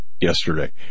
yesterday